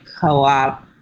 co-op